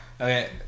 Okay